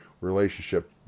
relationship